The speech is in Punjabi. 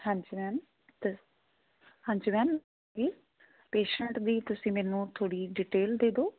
ਹਾਂਜੀ ਮੈਮ ਦਸ ਹਾਂਜੀ ਮੈਮ ਕੀ ਪੇਸ਼ੰਟ ਦੀ ਤੁਸੀਂ ਮੈਨੂੰ ਥੋੜ੍ਹੀ ਡਿਟੇਲ ਦੇ ਦਿਓ